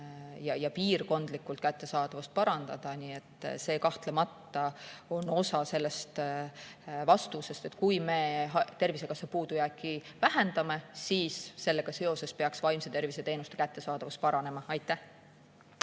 ja piirkondlikku kättesaadavust parandada. Nii et see kahtlemata on osa vastusest: kui me Tervisekassa puudujääki vähendame, siis sellega seoses peaks vaimse tervise teenuste kättesaadavus paranema. Maria